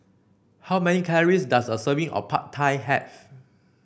how many calories does a serving of Pad Thai have